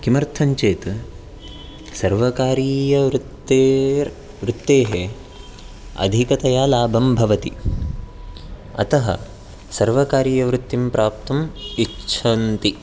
किमर्थं चेत् सर्वकारीयवृत्तेर् वृत्तेः अधिकतया लाभं भवति अतः सर्वकारीयवृत्तिं प्राप्तुम् इच्छन्ति